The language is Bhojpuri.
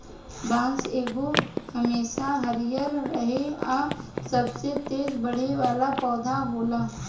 बांस एगो हमेशा हरियर रहे आ सबसे तेज बढ़े वाला पौधा होला